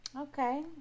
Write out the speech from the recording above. Okay